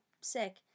sick